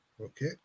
Okay